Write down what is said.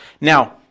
Now